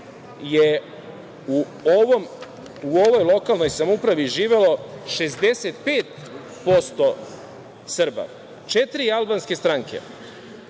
je u ovoj lokalnoj samoupravi živelo 65% Srba. Četiri albanske stranke